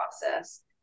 process